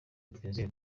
twizere